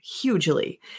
hugely